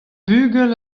bugel